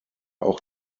auch